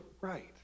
right